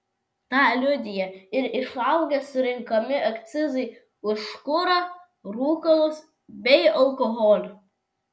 tą liudija ir išaugę surenkami akcizai už kurą rūkalus bei alkoholį